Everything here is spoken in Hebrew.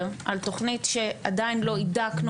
ידידי פרופסור